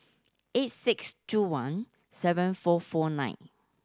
eight six two one seven four four nine